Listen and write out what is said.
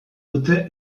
dute